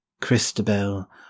Christabel